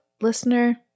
listener